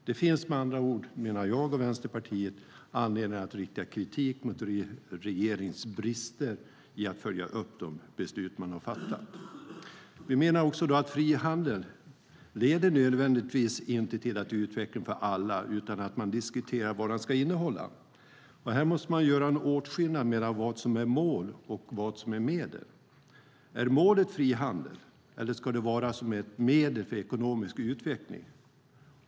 Det finns med andra ord, menar jag och Vänsterpartiet, anledning att rikta kritik mot regeringens brister i att följa upp de beslut man har fattat. Vi menar också att frihandel inte nödvändigtvis leder till utveckling för alla utan att man diskuterar vad den ska innehålla. Här måste man göra en åtskillnad mellan vad som är mål och vad som är medel. Är målet frihandel, eller ska den vara ett medel för ekonomisk utveckling?